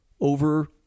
over